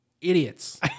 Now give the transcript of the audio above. Idiots